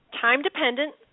time-dependent